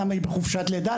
למה היא בחופשת לידה,